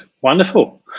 Wonderful